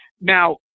Now